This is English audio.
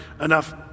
enough